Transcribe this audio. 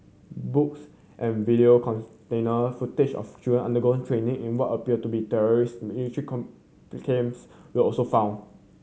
books and video footage of children undergoing training in what appeared to be terrorist military were also found